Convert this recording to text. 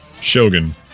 Shogun